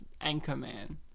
Anchorman